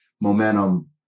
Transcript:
momentum